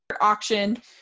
Auction